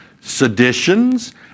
Seditions